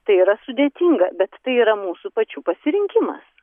tai yra sudėtinga bet tai yra mūsų pačių pasirinkimas